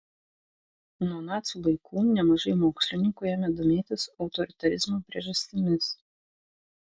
nuo nacių laikų nemažai mokslininkų ėmė domėtis autoritarizmo priežastimis